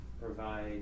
provide